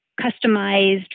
customized